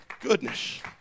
goodness